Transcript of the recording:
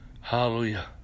Hallelujah